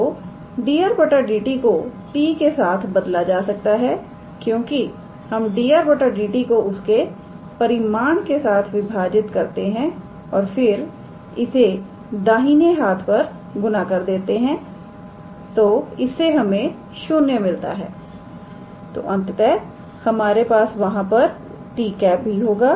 तो 𝑑𝑟⃗ 𝑑𝑡 को 𝑡̂ के साथ बदला जा सकता है क्योंकि हम 𝑑𝑟⃗ 𝑑𝑡 को उसके परिमाण के साथ विभाजित करते हैं और फिर इसे दाहिनी हाथ पर गुना कर देते हैं तो इससे हमें 0 मिलता है तो अंततः हमारे पास वहां पर 𝑡̂ भी होगा